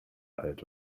alt